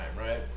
right